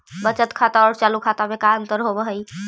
बचत खाता और चालु खाता में का अंतर होव हइ?